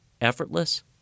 effortless